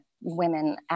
women